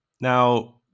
Now